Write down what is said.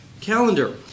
calendar